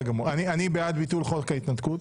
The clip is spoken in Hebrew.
אני בעד ביטול חוק ההתנתקות,